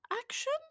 Action